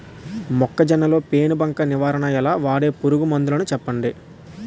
మొక్కజొన్న లో పెను బంక నివారణ ఎలా? వాడే పురుగు మందులు చెప్పండి?